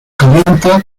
calienta